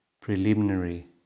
preliminary